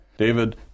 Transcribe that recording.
David